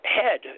head